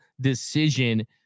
decision